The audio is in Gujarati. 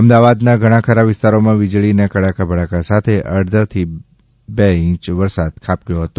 અમદાવાદના ઘણાખરા વિસ્તોરામાં વિજળીના કડાકા ભડાકા સાથે અઢધો બેચ વરસાદ ખાબ્કયો હતો